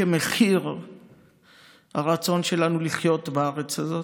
כמחיר הרצון שלנו לחיות בארץ הזאת.